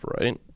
right